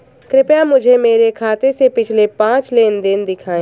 कृपया मुझे मेरे खाते से पिछले पांच लेनदेन दिखाएं